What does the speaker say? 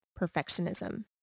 perfectionism